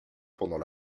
pendant